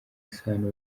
isano